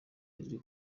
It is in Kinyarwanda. riri